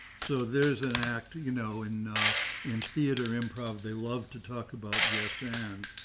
so there's an act you know in, in theater improv, they love to talk about yes and,